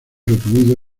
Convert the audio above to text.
recluido